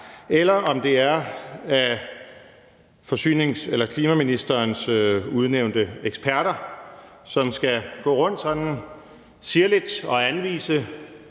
eller om det er klima-, energi- og forsyningsministerens udnævnte eksperter, som skal gå rundt og sirligt anvise,